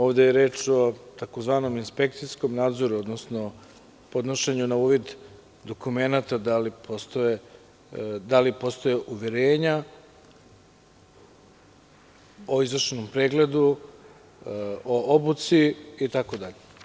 Ovde je reč o tzv. inspekcijskom nadzoru, odnosno podnošenju na uvid dokumenata - da li postoje uverenja o izvršenom pregledu, o obuci itd.